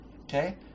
Okay